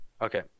Okay